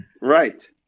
Right